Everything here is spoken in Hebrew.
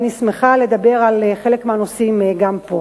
ואני שמחה לדבר על חלק מהנושאים גם פה.